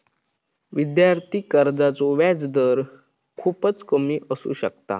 विद्यार्थी कर्जाचो व्याजदर खूपच कमी असू शकता